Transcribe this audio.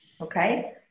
Okay